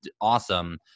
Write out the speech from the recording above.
awesome